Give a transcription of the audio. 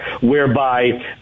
whereby